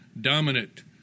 dominant